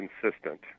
consistent